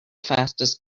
fastest